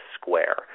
square